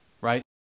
right